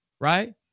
Right